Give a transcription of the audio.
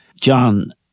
John